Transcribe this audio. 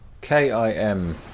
K-I-M